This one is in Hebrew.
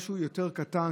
משהו יותר קטן.